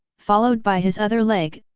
followed by his other leg,